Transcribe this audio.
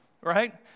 right